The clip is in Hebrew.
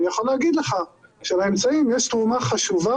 אני יכול להגיד לך שלאמצעים יש תרומה חשובה